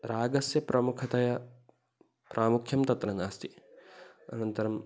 रागस्य प्रमुखतया प्रामुख्यं तत्र नास्ति अनन्तरं